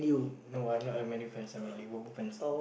no I'm not a Man-U fans I'm a Liverpool fans